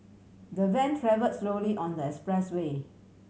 the van travel slowly on the expressway